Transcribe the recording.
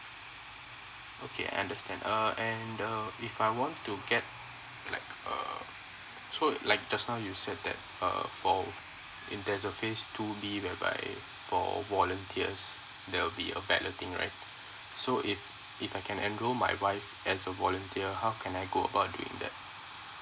okay I understand uh and uh if I want to get like uh so like just now you said that err volu~ in the phase two B they by volunteers there will be a ballot thing right so if if I can enroll my wife as a volunteer how can I go about doing that